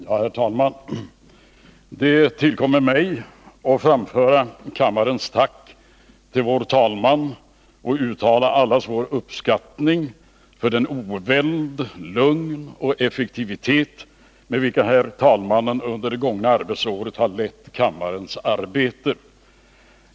Herr talman! Det tillkommer mig att framföra kammarens tack till vår talman och uttala allas vår uppskattning för den oväld, det lugn och den effektivitet, varmed herr talmannen under det gångna arbetsåret lett kammarens arbete.